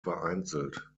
vereinzelt